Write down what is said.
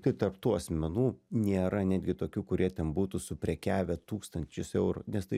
taip tarp tų asmenų nėra netgi tokių kurie ten būtų su prekiavę tūkstančius eurų nes tai